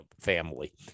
family